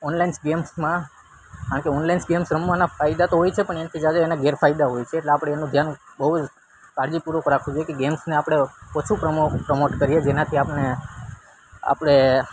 onlines ગેમ્સમાં કરણ કે ઓનલાઇન્સ ગેમ્સ રમવાના ફાયદા તો હોય છે પણ એનથી જ્યાદા એના ગેરફાયદા હોય છે એટલે આપણે એનું ધ્યાન બહુ જ કાળજી પૂર્વક રાખવું જોઈએ કે ગેમ્સને આપણે ઓછું પ્રમોટ કરીએ જેનાથી આપને આપણે